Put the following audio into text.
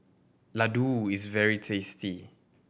ladoo is very tasty